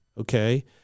Okay